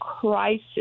crisis